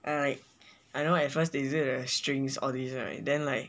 I like I know at first they use the strings all these right then like